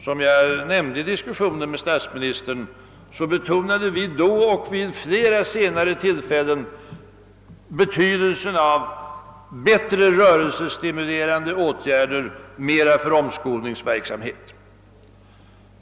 Som jag nämnde i diskussionen med statsministern betonade vi då och vid flera senare tillfällen betydelsen av bättre rörelsestimulerande åtgärder och mer omskolningsverksamhet.